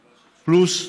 פלוס,